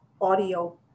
audio